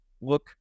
look